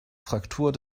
fraktur